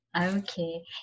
Okay